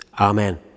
amen